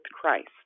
Christ